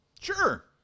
Sure